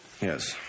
Yes